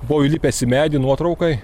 buvo įlipęs į medį nuotraukai